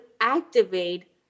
activate